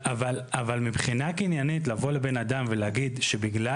מבחינה קניינית לבוא לבן אדם ולהגיד שבגלל